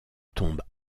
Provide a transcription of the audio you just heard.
tombe